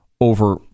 over